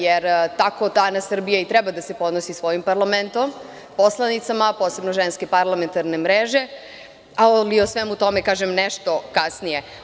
Jer, tako danas Srbija i treba da se ponosi svojim parlamentom, poslanicama posebno Ženske parlamentarne mreže, ali o svemu tome nešto kasnije.